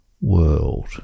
world